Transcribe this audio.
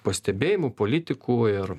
pastebėjimų politikų ir